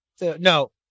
No